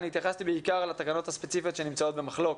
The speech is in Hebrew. התייחסתי בעיקר לתקנות הספציפיות שנמצאות במחלוקת.